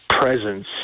presence